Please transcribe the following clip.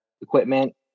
equipment